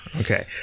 Okay